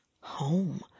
home